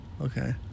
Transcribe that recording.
okay